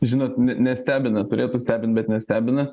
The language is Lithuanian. žinot ne nestebina turėtų stebint bet nestebina